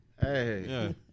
hey